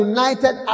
United